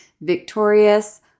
victorious